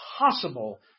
impossible